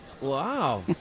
Wow